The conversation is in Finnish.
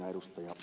tiusaselle